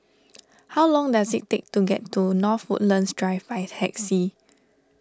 how long does it take to get to North Woodlands Drive by taxi